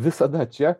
visada čia